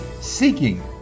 seeking